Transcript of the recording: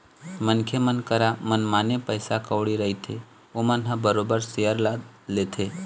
मनखे मन करा मनमाने पइसा कउड़ी रहिथे ओमन ह बरोबर सेयर ल लेथे